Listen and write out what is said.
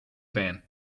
van